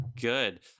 good